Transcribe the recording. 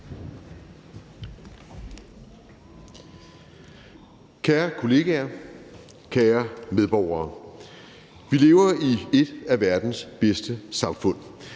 Kære kollegaer, kære medborgere. Vi lever i et af verdens bedste samfund.